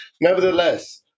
nevertheless